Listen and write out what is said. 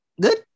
Good